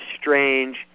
strange